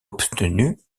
obtenus